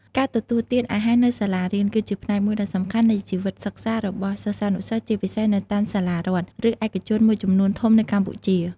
ការទទួលទានអាហារនៅសាលារៀន គឺជាផ្នែកមួយដ៏សំខាន់នៃជីវិតសិក្សារបស់សិស្សានុសិស្ស ជាពិសេសនៅតាមសាលារដ្ឋ ឬឯកជនមួយចំនួនធំនៅកម្ពុជា។